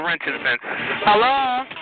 hello